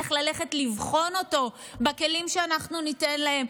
איך ללכת לבחון אותו בכלים שאנחנו ניתן להם,